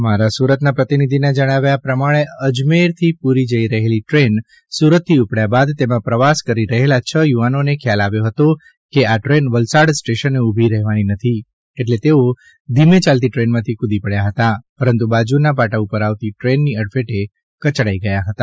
અમારા પ્રતિનિધિના જણાવ્યા પ્રમાણે અજમેરથી પુરી જઈ રહેલી ટ્રેન સુરતથી ઉપડ્યા બાદ તેમાં પ્રવાસ કરી રહેલા છ યુવાનોને ખ્યાલ આવ્યો હતો કે આ ટ્રેન વલસાડ સ્ટેશને ઉભી રહેવાની નથી એટલે તેઓ ધીમે ચાલતી ટ્રેનમાંથી કૂદી પડ્યા હતા પરંતુ બાજુના પાટા ઉપર આવતી ટ્રેનની અડફેટે કચડાઈ ગયા હતા